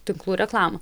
tinklų reklamą